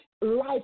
life